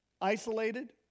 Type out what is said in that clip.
Isolated